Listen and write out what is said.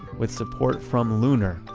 with support from lunar,